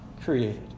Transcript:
created